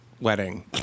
Wedding